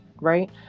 right